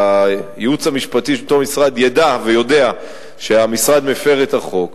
והייעוץ המשפטי של אותו משרד ידע ויודע שהמשרד מפר את החוק,